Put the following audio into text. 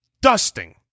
dusting